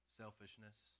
selfishness